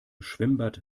schwimmbad